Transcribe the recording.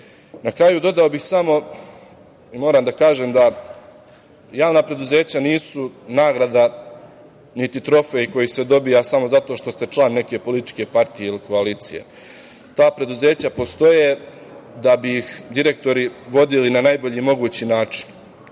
kraju dodao bih samo, moram da kažem da javna preduzeća nisu nagrada, niti trofej koji se dobija samo zato što ste član neke političke partije ili koalicije. Ta preduzeća postoje da bi ih direktori vodili na najbolji mogući način.